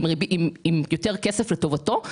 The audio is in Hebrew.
עם יותר כסף לטובתו.